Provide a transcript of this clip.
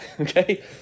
Okay